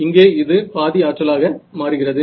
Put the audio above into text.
இங்கே இது பாதி ஆற்றலாக மாறுகிறது